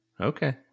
okay